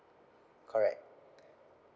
correct